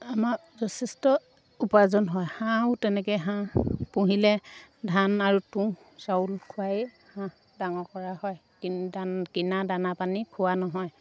আমাক যথেষ্ট উপাৰ্জন হয় হাঁহো তেনেকৈ হাঁহ পুহিলে ধান আৰু তুঁহ চাউল খুৱাই হাঁহ ডাঙৰ কৰা হয় কি দান কিনা দানা পানী খোৱা নহয়